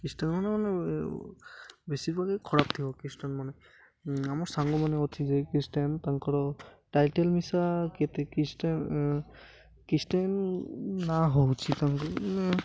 Christian ମାନେ ମାନେ ବେଶୀ ଭାଗେ ଖରାପ ଥିବ ଖ୍ରୀଷ୍ଟାଆନ ମାନେ ଆମର ସାଙ୍ଗମାନେ ଅଛି ଯେ ଖ୍ରୀଷ୍ଟିଆନ ତାଙ୍କର ଟାଇଟେଲ ମିଶା କେତେ ଖ୍ରୀଷ୍ଟିଆନ ଖ୍ରୀଷ୍ଟିଆନ ନାଁ ହେଉଛି ତାଙ୍କୁ